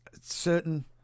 certain